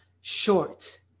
short